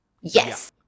Yes